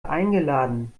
eingeladen